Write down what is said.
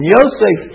Yosef